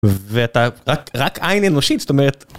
ואתה רק עין אנושית זאת אומרת